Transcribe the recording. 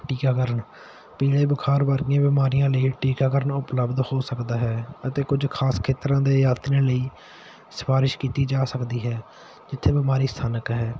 ਟੀਕਾਕਰਨ ਪੀਲੇ ਬੁਖਾਰ ਵਰਗੀਆਂ ਬਿਮਾਰੀਆਂ ਲਈ ਟੀਕਾਕਰਨ ਉਪਲਬਧ ਹੋ ਸਕਦਾ ਹੈ ਅਤੇ ਕੁਝ ਖਾਸ ਖੇਤਰਾਂ ਦੇ ਯਾਤਰੀਆਂ ਲਈ ਸਿਫਾਰਸ਼ ਕੀਤੀ ਜਾ ਸਕਦੀ ਹੈ ਜਿੱਥੇ ਬਿਮਾਰੀ ਸਥਾਨਕ ਹੈ